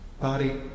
body